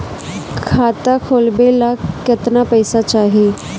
खाता खोलबे ला कितना पैसा चाही?